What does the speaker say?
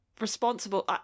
responsible